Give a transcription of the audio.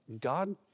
God